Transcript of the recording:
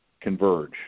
converge